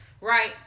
Right